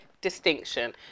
distinction